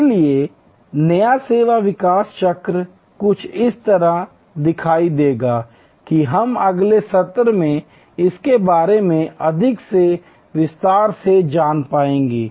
इसलिए नया सेवा विकास चक्र कुछ इस तरह दिखाई देगा कि हम अगले सत्र में इसके बारे में अधिक विस्तार से जान पाएंगे